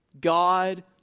God